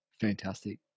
Fantastic